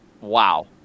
Wow